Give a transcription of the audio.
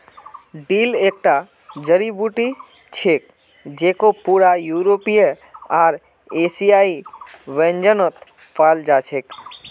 dill एकता जड़ी बूटी छिके जेको पूरा यूरोपीय आर एशियाई व्यंजनत पाल जा छेक